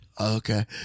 okay